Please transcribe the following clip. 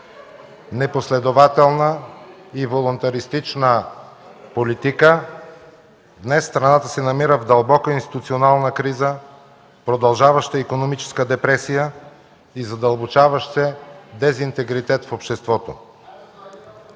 непоследователна и волунтаристична политика днес страната се намира в дълбока институционална криза, продължаваща икономическа депресия и задълбочаващ се дезинтегритет в обществото.